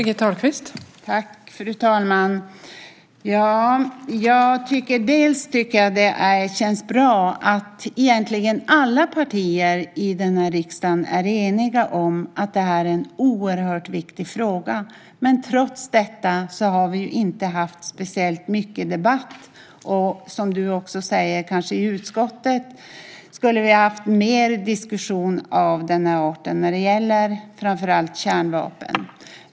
Fru talman! Det känns bra att egentligen alla partier i riksdagen är eniga om att det är en oerhört viktig fråga. Men trots detta har vi inte haft speciellt mycket debatt. Du säger också att vi kanske i utskottet skulle ha haft mer diskussion av den här arten när det gäller framför allt kärnvapen.